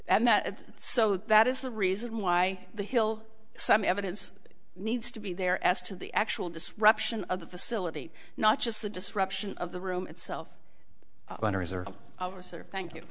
and that so that is a reason why the hill some evidence needs to be there as to the actual disruption of the facility not just the disruption of the room itself under his or our sort of thank you